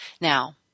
Now